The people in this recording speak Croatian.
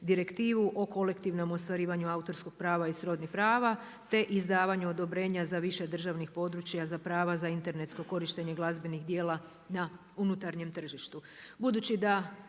o kolektivnom ostvarivanju autorskog prava i srodnih prava te izdavanju odobrenja za više državnih područja za prava za internetsko korištenje glazbenih djela na unutarnjem tržištu.